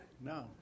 No